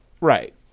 Right